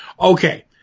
Okay